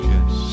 Yes